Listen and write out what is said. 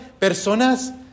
personas